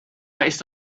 greatest